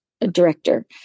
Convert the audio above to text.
director